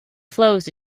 flows